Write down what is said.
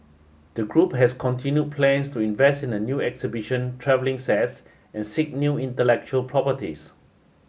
the group has continued plans to invest in new exhibition travelling sets and seek new intellectual properties